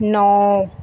ਨੌ